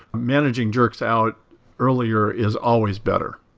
managing jerks out earlier is always better.